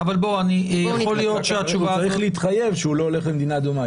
הוא צריך להתחייב שהוא לא הולך למדינה אדומה.